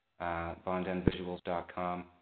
bondenvisuals.com